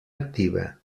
activa